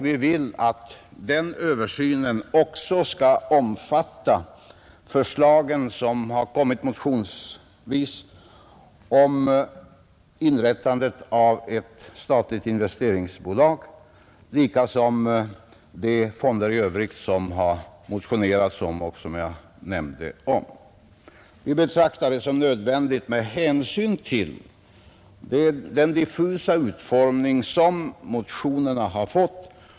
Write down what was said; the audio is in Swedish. Vi vill att den översynen också skall omfatta motionsförslagen om inrättande av ett statligt utvecklingsbolag liksom de fonder i övrigt som det har motionerats om och som jag omnämnde. Vi betraktar detta såsom nödvändigt med hänsyn till den diffusa utformning som motionerna har fått.